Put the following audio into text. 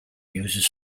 uses